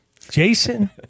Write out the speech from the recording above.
Jason